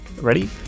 Ready